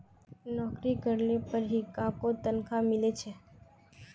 नोकरी करले पर ही काहको तनखा मिले छे